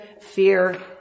fear